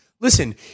Listen